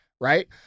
right